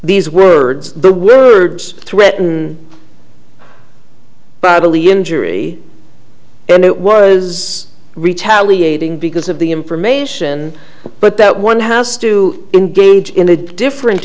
these words the words threaten butterly injury and it was retaliate ing because of the information but that one has to engage in a different